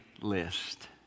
list